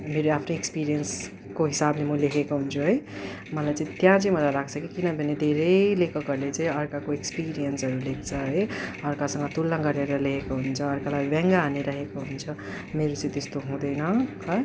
मेरो आफ्नै एक्सपिरियन्सको हिसाबले म लेखेको हुन्छु है मलाई चाहिँ त्यहाँ चाहिँ मलाई लाग्छ कि किनभने धेरै लेखकहरूले चाहिँ अर्काको एक्सपिरयन्सहरू लेख्छ है अर्कासँग तुलना गरेर लेखेको हुन्छ अर्कालाई व्यङ्ग्य हानिरहेको हुन्छ मेरो चाहिँ त्यस्तो हुँदैन